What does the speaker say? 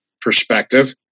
perspective